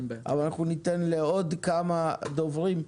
אבל אנחנו ניתן לעוד כמה דוברים.